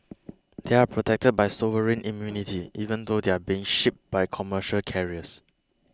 they are protected by sovereign immunity even though they are being shipped by commercial carriers